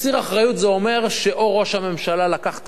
מסיר אחריות זה אומר או שראש הממשלה לקח את